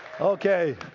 okay